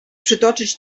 przytoczyć